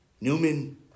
Newman